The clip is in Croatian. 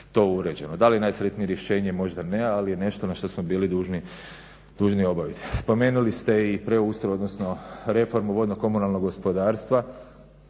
Da li je najsretnije rješenje? Možda ne, ali je nešto na što smo bili dužni obaviti. Spomenuli ste i preustroj odnosno reformu vodno-komunalnog gospodarstva